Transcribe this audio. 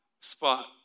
spot